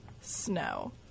snow